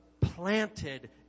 planted